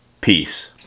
peace